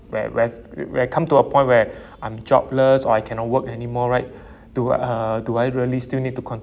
where we has we've come to a point where I'm jobless or I cannot work anymore right to uh do I really still need to